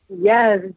Yes